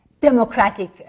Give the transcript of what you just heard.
democratic